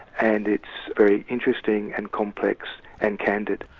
and it's very interesting and complex and candid.